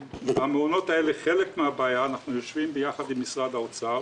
אנחנו יושבים יחד עם משרד האוצר